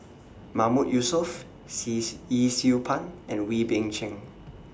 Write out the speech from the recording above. Mahmood Yusof Yee Siew Pun and Wee Beng Chong